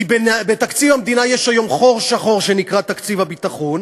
כי בתקציב המדינה יש היום חור שחור שנקרא תקציב הביטחון,